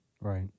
Right